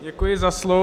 Děkuji za slovo.